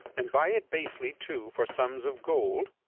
and buy it basely too for sums of gold?